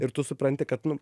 ir tu supranti kad nu